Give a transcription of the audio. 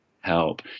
help